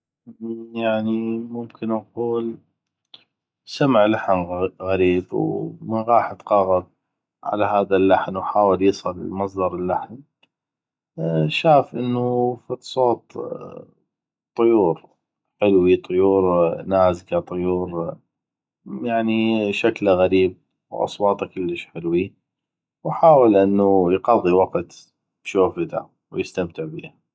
يعني ممكن نقول سمع لحن غريب ومن غاح تقغب على هذا اللحن وحاول يصل مصدر اللحن شاف انو فدصوت طيور حلوي طيور نازكة طيور يعني شكله غريب واصواته كلش حلوي وحاول انو يقضي وقت بشوفته ويستمتع بشوفته